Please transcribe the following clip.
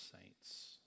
saints